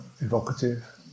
evocative